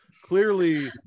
Clearly